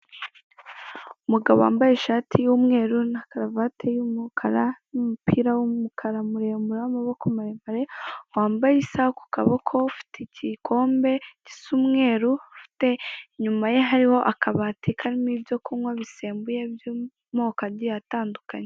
Umugabo wambaye ishati y'umweru na karavate y'umukara, n'umupira w'umukara muremure w'amaboko maremare, wambaye isaha ku kaboko; ufite igikombe gisa umweru, inyuma ye hariho akabati karimo ibyo kunywa bisembuye by'amako agiye atandukanye.